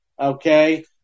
okay